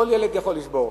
כל ילד יכול לשבור.